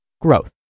Growth